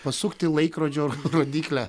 pasukti laikrodžio rodyklę